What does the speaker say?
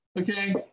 Okay